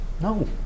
No